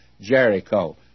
Jericho